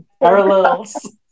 Parallels